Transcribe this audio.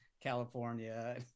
California